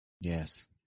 Yes